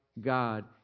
God